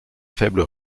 faible